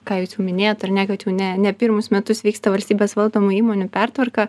ką jūs jau minėjot ar ne kad jau ne ne pirmus metus vyksta valstybės valdomų įmonių pertvarka